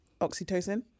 oxytocin